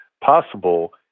possible